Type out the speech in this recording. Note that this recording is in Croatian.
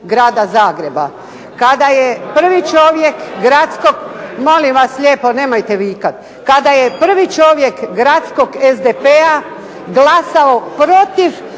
Grada Zagreba, kada je prvi čovjek gradskog SDP-a glasao protiv